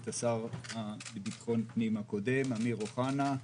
את השר לביטחון פנים הקודם אמיר אוחנה.